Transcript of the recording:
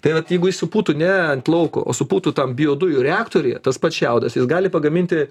tai vat jeigu jis supūtų ne ant lauko o supūtų tam biodujų reaktoriuje tas pats šiaudas jis gali pagaminti